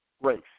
race